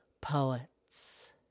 poets